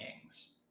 kings